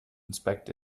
inspect